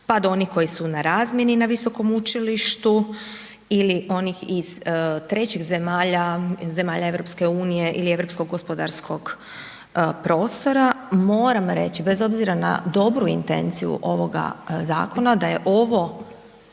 pa do onih koji su na razmjeni na visokom učilištu ili onih iz trećih zemalja iz zemalja EU ili europskog gospodarskog prostora, moram reći bez obzira na dobru intenciju ovoga zakona da je ovaj